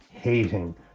hating